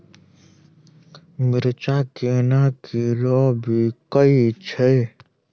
मिर्चा केना किलो बिकइ छैय?